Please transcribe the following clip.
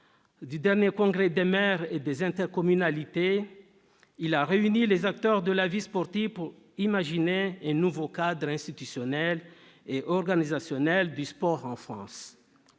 du dernier congrès des maires et des présidents d'intercommunalité, il réunit les acteurs de la vie sportive pour imaginer un nouveau cadre institutionnel et organisationnel du sport en France.